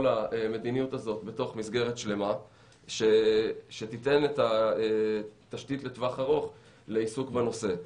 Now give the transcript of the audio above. המדיניות הזאת בתוך מסגרת שלמה שתיתן את התשתית לטווח ארוך לעיסוק בנושא.